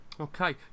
Okay